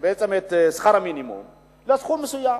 להגדלת שכר המינימום לסכום מסוים.